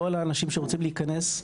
ולא על האנשים שרוצים להיכנס,